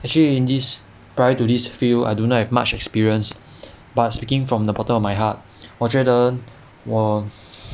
actually in this prior to this field I do not have much experience but speaking from the bottom of my heart 我觉得我